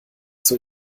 zur